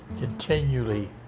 continually